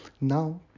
now